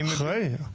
אני מבין.